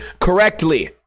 correctly